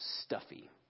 stuffy